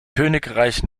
königreich